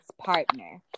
partner